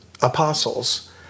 apostles